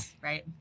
right